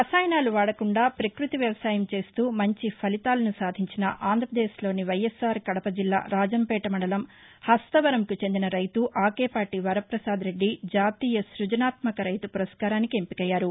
రసాయనాలు వాడకుండా ప్రక్బతి వ్యవసాయం చేస్తూ మంచి ఫలితాలను సాధించిన ఆంధ్రప్రదేశ్లోని వైఎస్ఆర్ కడపజిల్లా రాజంపేట మండలం హస్తవరంకు చెందిన రైతు ఆకేపాటీ వర్ఘసాద్రెడ్డి జాతీయ స్బజనాత్వకరైతు పురస్కారానికి ఎంపికైయ్యారు